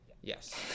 Yes